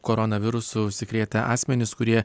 koronavirusu užsikrėtę asmenys kurie